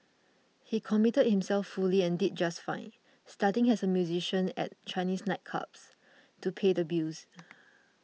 he committed himself fully and did just fine starting as a musician at Chinese nightclubs to pay the bills